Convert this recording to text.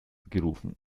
gerufen